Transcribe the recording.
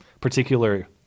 particular